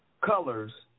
colors